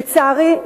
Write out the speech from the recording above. לצערי,